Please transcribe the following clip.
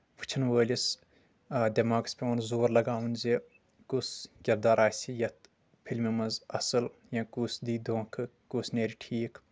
وٕچھان وٲلِس دٮ۪ماغَس پٮ۪وان زور لگاوُن زِ کُس کردار آسہِ یَتھ فِلمہِ منٛز اصٕل یا کُس دِیہِ دونکھٕ کُس نیرِ ٹھیٖکھ